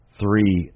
three